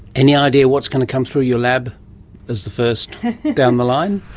any idea what's going to come through your lab as the first down the line?